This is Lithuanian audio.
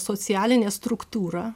socialinė struktūra